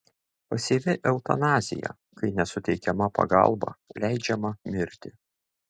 pasyvi eutanazija kai nesuteikiama pagalba leidžiama mirti